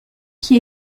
qui